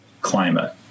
climate